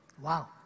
Wow